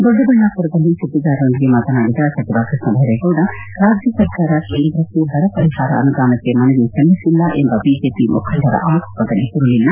ದೊಡ್ಡಬಳ್ಳಾಪುರದಲ್ಲಿ ಸುದ್ದಿಗಾರರೊಂದಿಗೆ ಮಾತನಾಡಿದ ಸಚಿವ ಕೃಷ್ಣಬೈರೇಗೌಡ ರಾಜ್ಯ ಸರ್ಕಾರ ಕೇಂದ್ರಕ್ಕೆ ಬರಪರಿಹಾರ ಅನುದಾನಕ್ಕೆ ಮನವಿ ಸಲ್ಲಿಸಿಲ್ಲ ಎಂಬ ಬಿಜೆಪಿ ಮುಖಂಡರ ಆರೋಪದಲ್ಲಿ ಹುರುಳಿಲ್ಲ